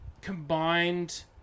combined